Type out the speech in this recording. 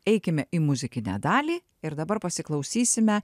eikime į muzikinę dalį ir dabar pasiklausysime